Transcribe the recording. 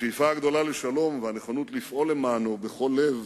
השאיפה הגדולה לשלום והנכונות לפעול למענו בכל לב